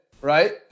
right